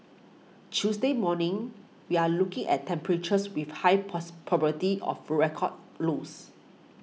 Tuesday morning we're looking at temperatures with very high pass probability of record lose